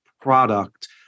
product